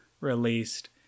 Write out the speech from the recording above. released